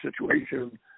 situation